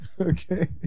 Okay